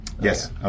Yes